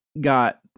got